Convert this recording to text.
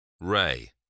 Ray